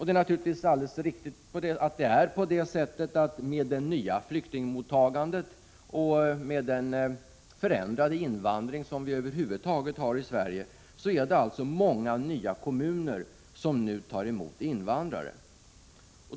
Det är riktigt att det, med det nya flyktingmottagandet och den förändrade invandring över huvud taget som vi har i Sverige, har tillkommit många kommuner, som tidigare inte tagit emot invandrare.